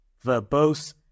verbose